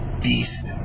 Beast